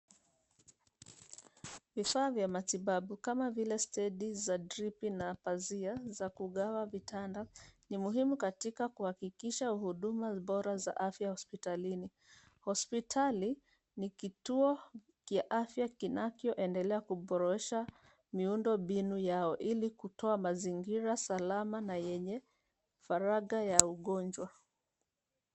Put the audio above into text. Vifaa vya matibabu kama vile stedi za dripi na pazia za kugawa vitanda ni muhimu katika kuhakikisha huduma bora za afya hospitalini. Hospitali ni kituo ya afya kinakyoendelea kuboresha miundombinu yao ili kutoa mazingira salama na yenye faragha ya ugonjwa.